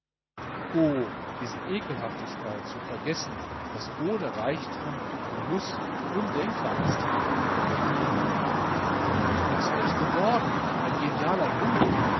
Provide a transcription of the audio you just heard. diese eselhaftigkeit zu vergessen daß ohne reichtum genuß undenkbar ist was wär ich geworden ein genialer lump